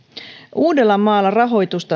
uudellamaalla rahoitusta